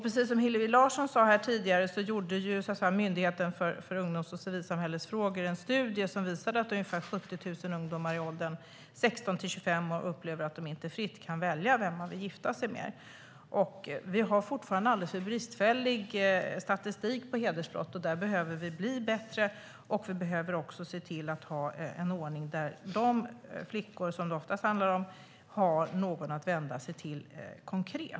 Precis som Hillevi Larsson sa tidigare gjorde Myndigheten för ungdoms och civilsamhällesfrågor en studie som visade att ungefär 70 000 ungdomar i åldern 16-25 år upplever att de inte fritt kan välja vem de vill gifta sig med. Vi har fortfarande alldeles för bristfällig statistik när det gäller hedersbrott. Där behöver vi bli bättre, och vi behöver också se till att ha en ordning där flickor, som det ju oftast handlar om, har någon att vända sig till konkret.